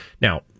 Now